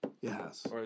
Yes